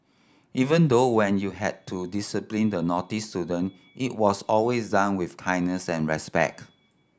even though when you had to discipline the naughty student it was always done with kindness and respect